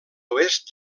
oest